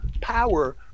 power